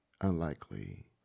Unlikely